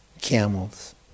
camels